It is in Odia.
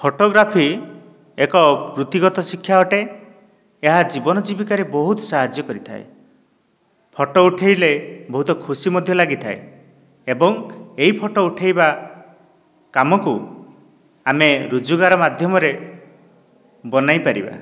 ଫଟୋଗ୍ରାଫି ଏକ ବୃତ୍ତିଗତ ଶିକ୍ଷା ଅଟେ ଏହା ଜୀବନ ଜୀବିକାରେ ବହୁତ ସାହାଯ୍ୟ କରିଥାଏ ଫଟୋ ଉଠେଇଲେ ବହୁତ ଖୁସି ମଧ୍ୟ ଲାଗିଥାଏ ଏବଂ ଏଇ ଫଟୋ ଉଠେଇବା କାମକୁ ଆମେ ରୋଜଗାର ମାଧ୍ୟମରେ ବନେଇପାରିବା